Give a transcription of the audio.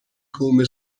come